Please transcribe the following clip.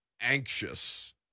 anxious